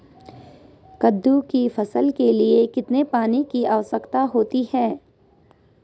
कद्दू की फसल के लिए कितने पानी की आवश्यकता होती है?